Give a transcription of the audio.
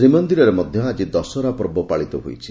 ଶ୍ରୀମନ୍ଦିରରେ ମଧ୍ଧ ଆକି ଦଶହରା ପର୍ବ ପାଳିତ ହୋଇଛି